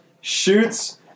shoots